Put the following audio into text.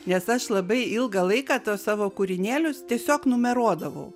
nes aš labai ilgą laiką tuos savo kūrinėlius tiesiog numeruodavau